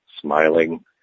smiling